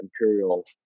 Imperial